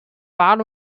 wahl